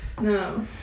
No